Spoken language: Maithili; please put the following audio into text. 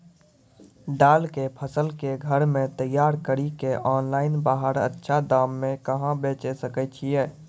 दाल के फसल के घर मे तैयार कड़ी के ऑनलाइन बाहर अच्छा दाम मे कहाँ बेचे सकय छियै?